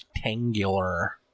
Rectangular